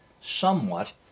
somewhat